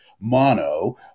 mono